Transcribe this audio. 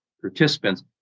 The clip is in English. participants